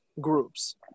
groups